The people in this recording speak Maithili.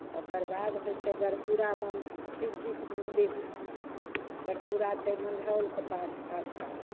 ओकर बाद होइ छै गढ़पुरामे शिवजीके मन्दिर छनि गढ़पुरा छै मँझौलके पास आसपासमे